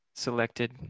Selected